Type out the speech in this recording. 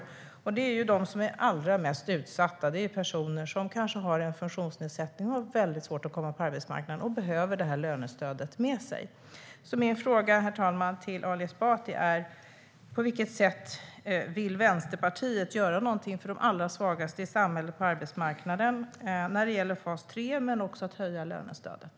Det handlar om anställningar för dem som är allra mest utsatta och som på grund av till exempel en funktionsnedsättning har svårt att komma in på arbetsmarknaden. Därför behöver de få detta lönestöd med sig. Herr talman! Min fråga till Ali Esbati är: På vilket sätt vill Vänsterpartiet göra något för de allra svagaste i samhället och på arbetsmarknaden när det gäller fas 3 och lönestödet?